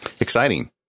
Exciting